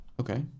Okay